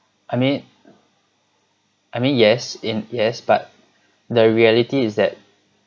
I mean I mean yes in yes but the reality is that